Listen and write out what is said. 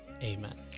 Amen